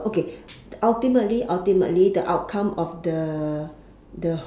okay ultimately ultimately the outcome of the the